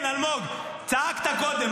כן, אלמוג, צעקת קודם.